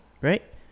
right